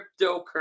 Cryptocurrency